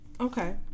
Okay